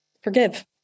forgive